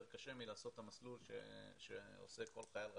קשה מלעשות את המסלול שעושה כל חייל רגיל,